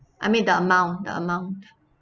I mean the amount the amount